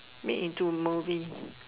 meeting to a movie